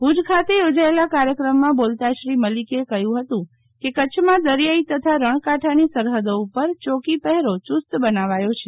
ભૂજ ખાતે યોજાયેલા કાર્યક્રમમાં બોલતાં શ્રી મલીકે કહ્યું હતું કે કચ્છમાં દરિયાઇ તથા રણકાંઠાની સરહૃદો ઉપર યોકી પહેરો યૂસ્ત બનાવાયો છે